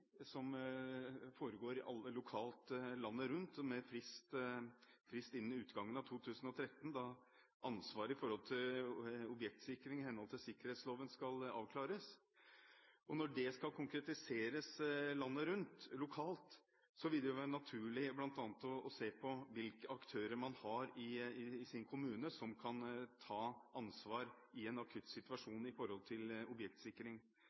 lokalt landet rundt med frist innen utgangen av 2013, da ansvaret når det gjelder objektsikring i henhold til sikkerhetsloven skal avklares. Når det skal konkretiseres landet rundt – lokalt – vil det være naturlig bl.a. å se på hvilke aktører man har i sin kommune som kan ta ansvar i en akutt situasjon når det gjelder objektsikring.